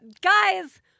Guys